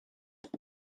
deux